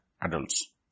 adults